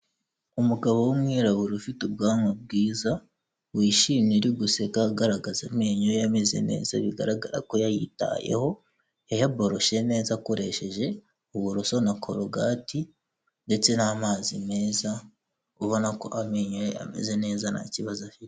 Umugabo w'umwirabura ufite ubwanwa bwiza, wishimye uri guseka, agaragaza amenyo ye ameze neza bigaragara ko yayitayeho, yayaboshe neza, akoresheje uburoso na korogati ndetse n'amazi meza, ubona ko amenyo ye ameze neza nta kibazo afite.